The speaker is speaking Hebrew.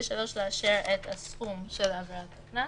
ודבר שלישי, לאשר את הסכום של עבירת הקנס.